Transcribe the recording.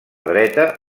dreta